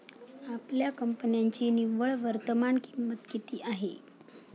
आपल्या कंपन्यांची निव्वळ वर्तमान किंमत किती आहे?